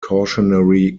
cautionary